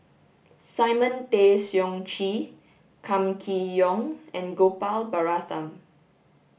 Simon Tay Seong Chee Kam Kee Yong and Gopal Baratham